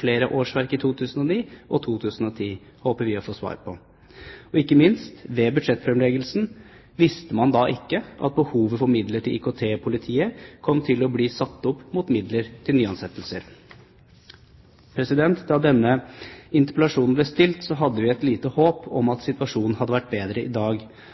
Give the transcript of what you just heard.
flere nye årsverk i 2009 og 2010? Det håper vi å få svar på. Og ikke minst: Visste man ikke ved budsjettfremleggelsen at behovet for midler til IKT i politiet kom til å bli satt opp mot midler til nyansettelser? Da denne interpellasjonen ble stilt, hadde vi et lite håp om at situasjonen hadde vært bedre i dag,